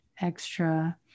extra